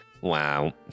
Wow